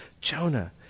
Jonah